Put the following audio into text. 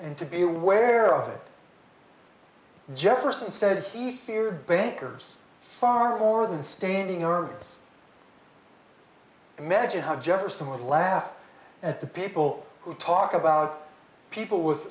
and to be aware of it jefferson said he feared bankers far more than staining ergs imagine how jefferson would laugh at the people who talk about people with